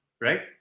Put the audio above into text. Right